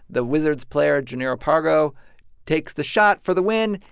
the wizards player jannero pargo takes the shot for the win,